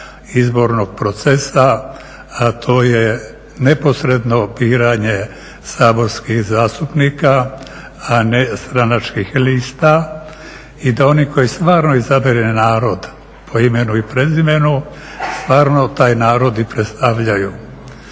izbornog procesa, a to je neposredno opiranje saborskih zastupnika, a ne stranačkih lista i da oni koje stvarno izabere narod po imenu i prezimenu stvarno taj narod i predstavljaju.